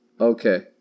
Okay